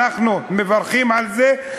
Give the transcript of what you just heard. אנחנו מברכים על זה,